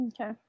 Okay